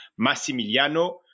Massimiliano